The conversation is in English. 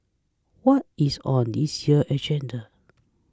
what is on this year's agenda